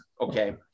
Okay